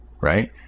right